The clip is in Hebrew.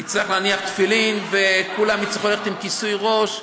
הוא יצטרך להניח תפילין וכולם יצטרכו ללכת עם כיסוי ראש.